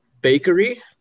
bakery